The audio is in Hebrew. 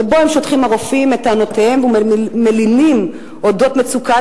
ובו שטחו הרופאים את טענותיהם והלינו על אודות מצוקת